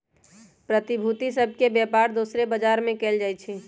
प्रतिभूति सभ के बेपार दोसरो बजार में कएल जाइ छइ